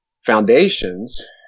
foundations